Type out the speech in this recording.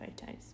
photos